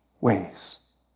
ways